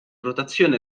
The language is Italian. rotazione